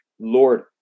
Lord